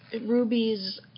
Ruby's